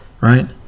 Right